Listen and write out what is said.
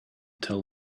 tell